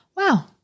wow